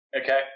Okay